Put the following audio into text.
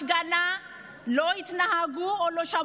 אני לא הייתי צריכה לדבר